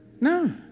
No